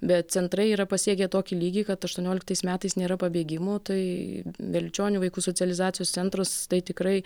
bet centrai yra pasiekę tokį lygį kad aštuonioliktais metais nėra pabėgimų tai velčionių vaikų socializacijos centras tai tikrai